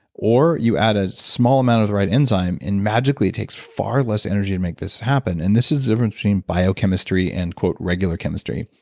or you add a small amount of the right enzyme and magically it takes far less energy to make this happen. and this is the different between biochemistry and regular chemistry.